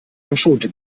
verschonte